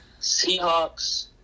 Seahawks